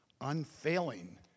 unfailing